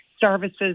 services